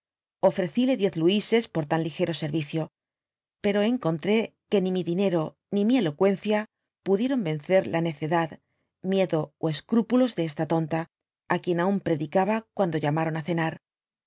ofrecüe diez luises por tan ligero seryicio pero encontré que ni mi dinero y ni mi eloqttencia pudieron vencer la necedad miedo ó escrúpulos de esta tonta i quien aun predicaba cuando llamaron á cenar